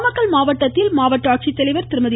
நாமக்கல் மாவட்டத்தில் மாவட்ட ஆட்சித்தலைவர் திருமதி